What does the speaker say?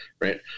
right